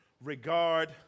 regard